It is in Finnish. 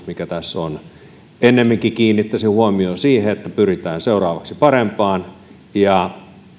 mikä tässä on ennemminkin kiinnittäisin huomion siihen että pyritään seuraavaksi parempaan ja